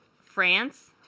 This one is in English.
France